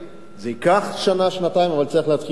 זה ייקח שנה, שנתיים, אבל צריך להתחיל ממשהו.